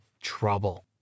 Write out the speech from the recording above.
trouble